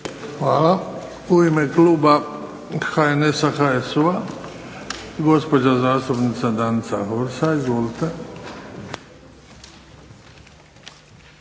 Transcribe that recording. Hvala. U ime kluba HNS-a, HSU-a, gospođa zastupnica Danica Hursa. Izvolite.